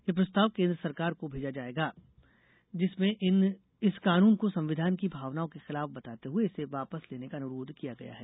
यह प्रस्ताव केन्द्र सरकार को भेजा जाएगा जिसमें इस कानून को संविधान की भावनाओं के खिलाफ बताते हुए इसे वापस लेने का अनुरोध किया गया है